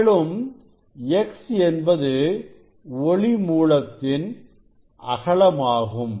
மேலும் x என்பது ஒளி மூலத்தின் அகலமாகும்